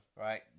Right